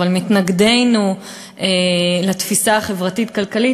אבל מתנגדינו לתפיסה החברתית-כלכלית,